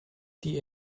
die